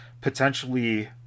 potentially